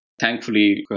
thankfully